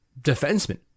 defenseman